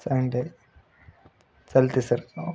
चालतेय चालतेय sir okay